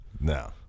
No